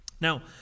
Now